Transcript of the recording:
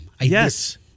Yes